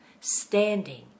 Standing